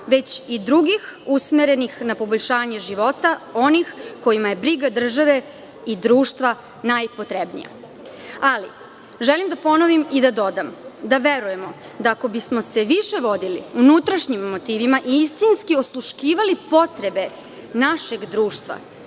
već i drugih usmerenih na poboljšanju života, onima kojima je briga države i društva najpotrebnija. Ali, želim da ponovim i da dodam da verujemo, da ako bismo se više vodili unutrašnjim motivima i istinski osluškivali potrebe našeg društva,